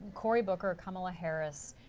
cory booker, kamala harris,